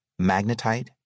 magnetite